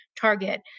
target